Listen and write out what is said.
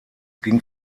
ging